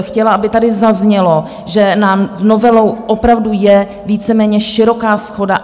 Chtěla bych, aby tady zaznělo, že nad novelou opravdu je víceméně široká shoda.